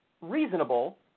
reasonable